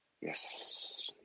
Yes